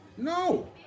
No